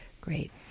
Great